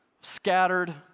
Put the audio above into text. scattered